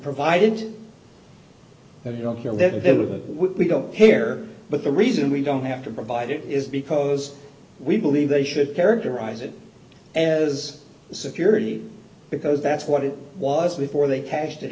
provide it that you don't hear that there were that we don't hear but the reason we don't have to provide it is because we believe they should characterize it as security because that's what it was before they cashed it